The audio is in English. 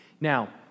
Now